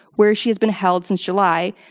where she has been held since july,